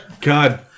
God